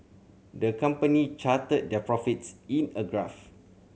the company charted their profits in a graph